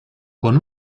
con